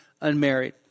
unmarried